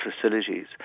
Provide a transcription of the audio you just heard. facilities